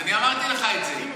אני אמרתי לך את זה.